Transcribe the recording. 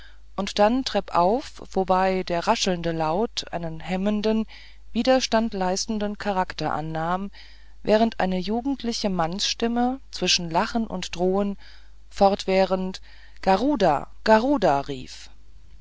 und dann treppauf wobei der raschelnde laut einen hemmenden widerstandleistenden charakter annahm während eine jugendliche mannsstimme zwischen lachen und drohen fortwährend garuda garuda rief